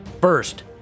First